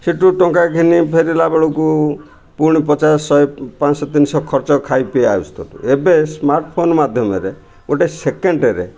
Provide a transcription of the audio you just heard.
ସେଠୁ ଟଙ୍କା ଘେନି ଫେରିଲା ବେଳକୁ ପୁଣି ପଚାଶ ଶହେ ପାଞ୍ଚଶହ ତିନିଶହ ଖର୍ଚ୍ଚ ଖାଇ ପିଇ ଆସୁଥିଲୁ ଏବେ ସ୍ମାର୍ଟଫୋନ୍ ମାଧ୍ୟମରେ ଗୋଟେ ସେକେଣ୍ଡରେ